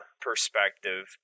perspective